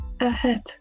ahead